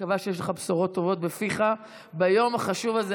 מקווה שיש לך בשורות טובות בפיך ביום החשוב הזה,